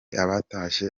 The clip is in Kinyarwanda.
abatashye